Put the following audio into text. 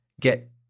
get